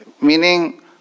meaning